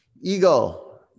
Eagle